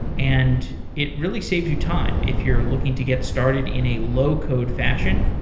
and it really saves you time if you're looking to get started in a low-code fashion.